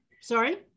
sorry